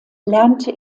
lernte